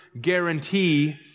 guarantee